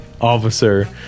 officer